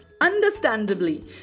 Understandably